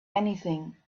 anything